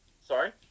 Sorry